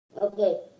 okay